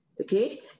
Okay